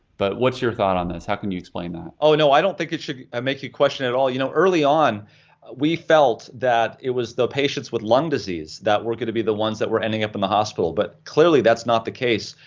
but what's your thought on this? how can you explain that? dr. seheult oh no i don't think it should make you question at all. you know, early on we felt that it was the patients with lung disease that were going to be the ones that were ending up in the hospital, but clearly that's not the case.